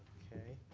ok.